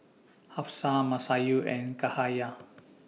Hafsa Masayu and Cahaya